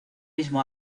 mismo